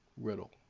Riddle